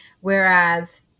Whereas